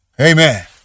Amen